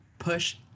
push